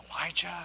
Elijah